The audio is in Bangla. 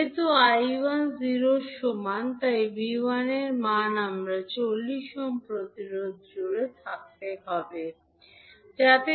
যেহেতু I1 0 এর সমান তাই V1 এর মান আবার 40 ohm প্রতিরোধের জুড়ে হবে